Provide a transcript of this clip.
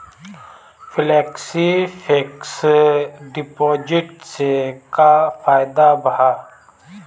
Flexi fixed deposit से का फायदा भा?